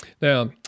Now